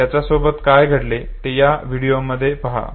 त्याच्यासोबत काय घडते ते या व्हिडिओमध्ये पहा